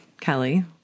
Kelly